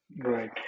Right